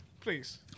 Please